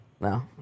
No